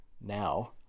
now